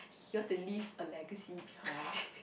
he want to leave a legacy behind